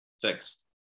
fixed